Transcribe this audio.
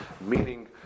meaning